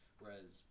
whereas